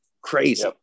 Crazy